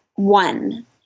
One